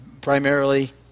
primarily